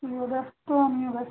তুইও ব্যস্ত আমিও ব্যস্ত